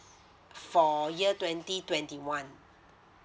for year twenty twenty one